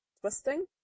twisting